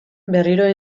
berriro